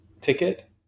ticket